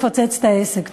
לפוצץ את העסק.